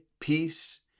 peace